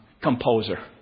composer